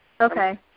Okay